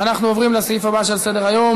אנחנו עוברים לסעיף הבא של סדר-היום,